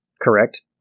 correct